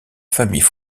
famille